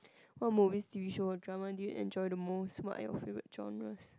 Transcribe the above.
what movies t_v show or drama do you enjoy the most what are your favourite genres